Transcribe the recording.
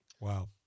Wow